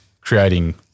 creating